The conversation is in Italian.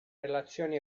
relazioni